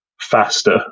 faster